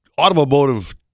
automotive